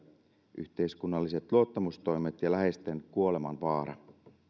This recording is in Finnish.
yhteiskunnalliset luottamustoimet ja läheisten kuolemanvaara